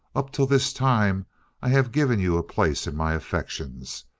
up to this time i have given you a place in my affections.